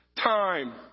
time